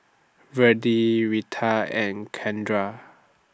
Virdie Retta and Kendra